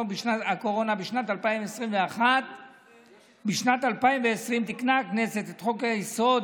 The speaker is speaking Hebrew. בשנת 2021. בשנת 2020 תיקנה הכנסת את חוק-יסוד: